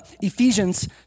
Ephesians